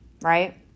right